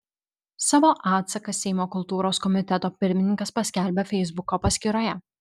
savo atsaką seimo kultūros komiteto pirmininkas paskelbė feisbuko paskyroje